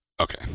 Okay